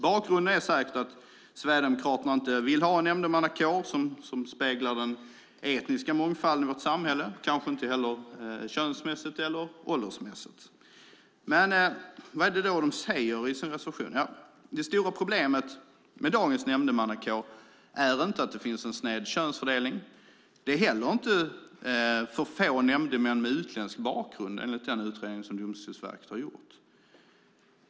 Bakgrunden är säkert att Sverigedemokraterna inte vill ha en nämndemannakår som speglar den etniska mångfalden i vårt samhälle, och kanske inte heller könsmässigt eller åldersmässigt. Vad är det då som de säger i sin reservation? Det stora problemet med dagens nämndemannakår är ju inte sned könsfördelning, och det är inte heller att det finns för få nämndemän med utländsk bakgrund enligt den utredning som Domstolsverket har gjort.